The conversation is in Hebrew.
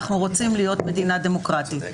אנחנו רוצים להיות מדינה דמוקרטית.